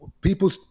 people